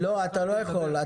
אתה לא יכול.